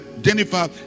Jennifer